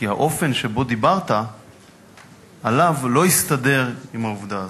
כי האופן שבו דיברת עליו לא הסתדר עם העובדה הזו.